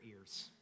ears